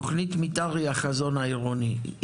תכנית מתאר היא החזון העירוני.